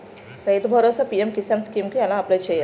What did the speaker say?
రైతు Bharosa PM Kisan scheme కు ఎలా అప్లయ్ చేయాలి?